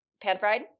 pan-fried